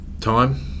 time